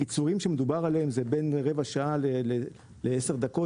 הקיצורים שמדובר עליהם הם בין עשר דקות